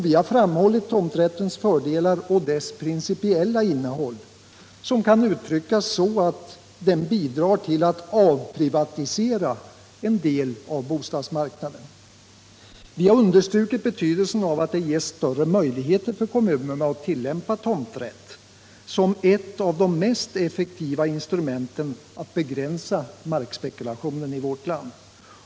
Vi har framhållit tomträttens fördelar och dess principiella innehåll, som kan uttryckas så att den bidrar till att avprivatisera en del av bostadsmarknaden. Vi har understrukit betydelsen av att det finns större möjligheter för kommunerna att tillämpa tomträtt som ett av de mest effektiva instrumenten att begränsa markspekulationen i vårt land.